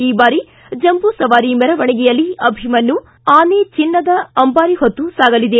ಈ ಬಾರಿ ಜಂಬೂಸವಾರಿ ಮೆರವಣಿಗೆಯಲ್ಲಿ ಅಭಿಮನ್ನು ಆನೆ ಚಿನ್ನದ ಅಂಬಾರಿ ಹೊತ್ತು ಸಾಗಲಿದೆ